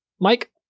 mike